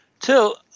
Till